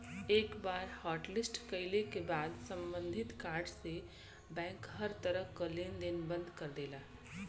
एक बार हॉटलिस्ट कइले क बाद सम्बंधित कार्ड से बैंक हर तरह क लेन देन बंद कर देला